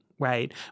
Right